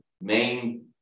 main